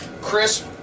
Chris